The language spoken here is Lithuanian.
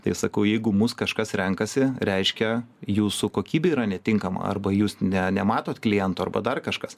tai sakau jeigu mus kažkas renkasi reiškia jūsų kokybė yra netinkama arba jūs ne nematot kliento arba dar kažkas